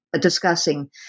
discussing